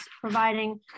providing